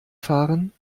fahren